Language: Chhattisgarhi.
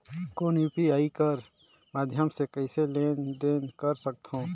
कौन यू.पी.आई कर माध्यम से कइसे लेन देन कर सकथव?